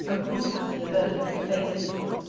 unconsciously averting her face a little,